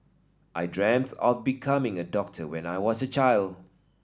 I dreamt of becoming a doctor when I was a child